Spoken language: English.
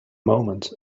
moment